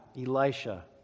Elisha